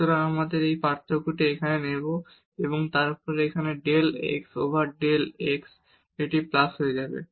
সুতরাং আমরা এই পার্থক্যটি এখানে নেব এবং তারপরে এখানে del x over del x এটি প্লাস হয়ে যাবে